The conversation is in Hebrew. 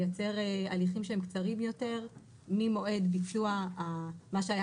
לייצר הליכים שהם קצרים יותר ממועד ביצוע מה שהיה